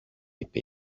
είπε